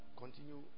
Continue